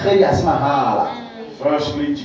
Firstly